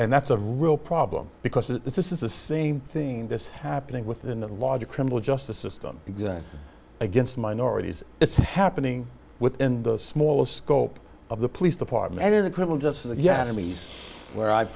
and that's a real problem because it's this is the same thing that's happening within the larger criminal justice system against minorities it's happening within the smaller scope of the police department or the criminal justice yes i mean where i've